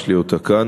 יש לי אותה כאן.